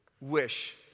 wish